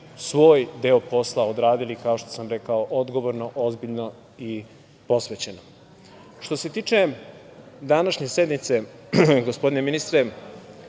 svoj deo posla odradili kao što sam rekao odgovorno, ozbiljno i posvećeno. Što se tiče današnje sednice, gospodine ministre,